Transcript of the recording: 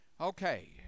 Okay